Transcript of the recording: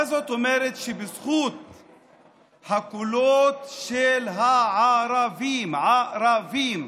מה זאת אומרת שבזכות הקולות של הערבים, ערבים,